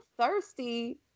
thirsty